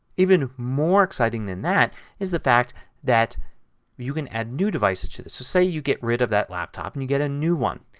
even more exciting than that is the fact that you can add new devices to this. say you get rid of that laptop and you get a new one.